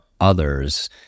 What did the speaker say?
others